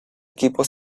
equipo